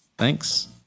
Thanks